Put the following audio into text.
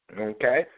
Okay